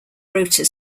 rotor